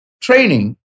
Training